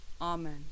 Amen